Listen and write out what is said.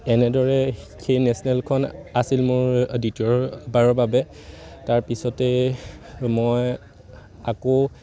এনেদৰে সেই নেশ্যনেলখন আছিল মোৰ দ্বিতীয়বাৰৰ বাবে তাৰপিছতেই মই আকৌ